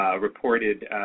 reported